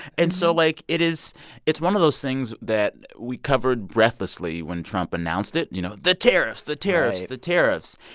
and so, like, it is it's one of those things that we covered breathlessly when trump announced it. you know, the tariffs, the tariffs. right. the tariffs.